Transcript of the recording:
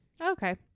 Okay